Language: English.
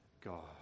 God